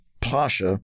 Pasha